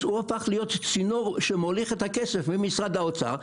אז היא הפכה להיות צינור שמוליך את הכסף ממשרד האוצר.